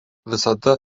visada